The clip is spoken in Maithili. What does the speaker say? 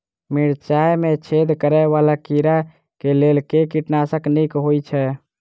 मिर्चाय मे छेद करै वला कीड़ा कऽ लेल केँ कीटनाशक नीक होइ छै?